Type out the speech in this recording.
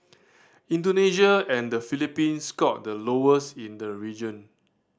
Indonesia and the Philippines scored the lowest in the region